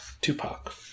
Tupac